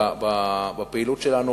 בפעילות שלנו,